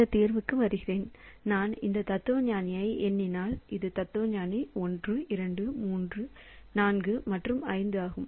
இந்த தீர்வுக்கு வருகிறேன் நான் இந்த தத்துவஞானியை எண்ணினால் இது தத்துவஞானி 1 2 3 4 மற்றும் 5 ஆகும்